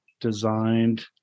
designed